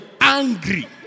Angry